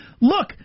Look